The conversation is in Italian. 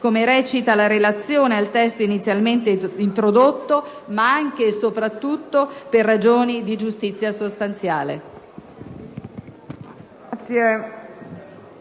come recita la relazione al testo inizialmente introdotto, ma anche e soprattutto per ragioni di giustizia sostanziale.